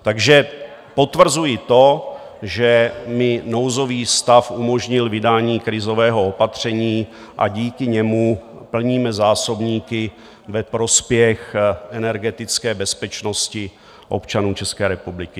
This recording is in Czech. Takže potvrzuji to, že mi nouzový stav umožnil vydání krizového opatření a díky němu plníme zásobníky ve prospěch energetické bezpečnosti občanů České republiky.